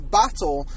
battle